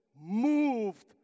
moved